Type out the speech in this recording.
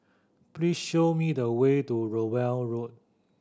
please show me the way to Rowell Road